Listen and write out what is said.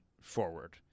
forward